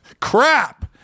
crap